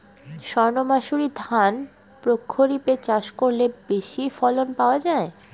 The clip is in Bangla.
সর্ণমাসুরি ধান প্রক্ষরিপে চাষ করলে বেশি ফলন পাওয়া যায়?